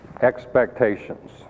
Expectations